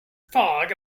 fog